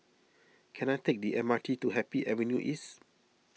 can I take the M R T to Happy Avenue East